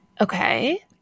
Okay